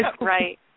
Right